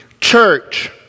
church